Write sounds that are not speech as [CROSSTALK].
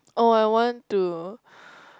oh I want to [BREATH]